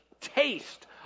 taste